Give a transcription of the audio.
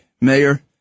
mayor